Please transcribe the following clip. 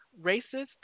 racist